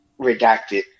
redacted